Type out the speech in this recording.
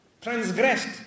transgressed